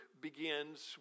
begins